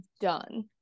done